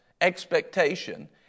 expectation